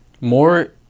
More